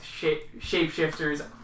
shapeshifters